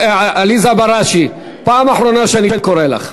עליזה בראשי, פעם אחרונה שאני קורא לך.